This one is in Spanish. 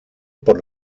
por